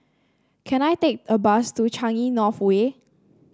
can I take a bus to Changi North Way